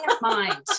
mind